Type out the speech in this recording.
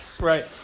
Right